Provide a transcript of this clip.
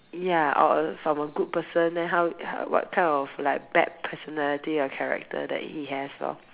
ya or uh from a good person then how what kind of like bad personality or character that he have lor